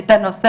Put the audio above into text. את הנושא,